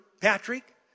Patrick